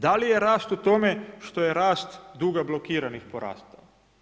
Da li je rast u tome što je rast duga blokiranih porastao?